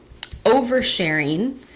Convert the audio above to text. oversharing